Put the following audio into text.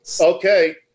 Okay